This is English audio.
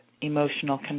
emotional